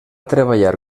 treballar